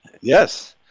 Yes